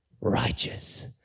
Righteous